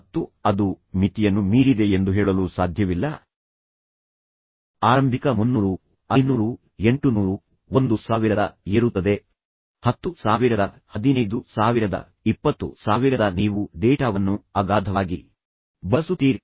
ಮತ್ತು ಅದು ಮಿತಿಯನ್ನು ಮೀರಿದೆ ಎಂದು ಹೇಳಲು ಸಾಧ್ಯವಿಲ್ಲ ಆರಂಭಿಕ 300 500 800 1000 ಏರುತ್ತದೆ 10 000 15000 20000 ನೀವು ಡೇಟಾವನ್ನು ಅಗಾಧವಾಗಿ ಬಳಸುತ್ತೀರಿ